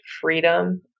freedom